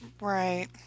right